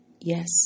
Yes